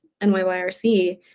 nyyrc